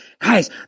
guys